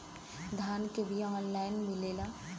धान के बिया ऑनलाइन मिलेला?